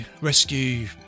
rescue